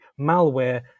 malware